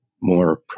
more